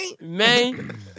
Man